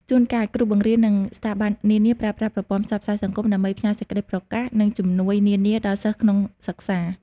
ជួនកាលគ្រូបង្រៀន និងស្ថាប័ននានាប្រើប្រាស់ប្រព័ន្ធផ្សព្វផ្សាយសង្គមដើម្បីផ្ញើសេចក្តីប្រកាស និងជំនួយនានាដល់សិស្សក្នុងសិក្សា។